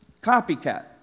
Copycat